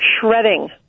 shredding